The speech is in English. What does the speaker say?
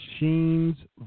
Machines